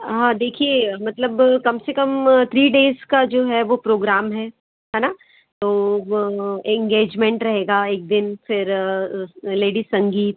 हाँ देखिए मतलब कम से कम थ्री डेज़ का जो है वह प्रोग्राम है है न तो एंगेजमेंट रहेगा एक दिन फिर लेडीज़ संगीत